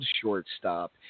shortstop